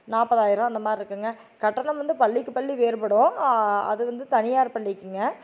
நாற்பதாயிரம் அந்த மாரிருக்குங்க கட்டணம் வந்து பள்ளிக்கு பள்ளி வேறுபடும் அது வந்து தனியார் பள்ளிக்குங்க